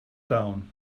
down